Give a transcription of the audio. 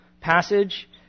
passage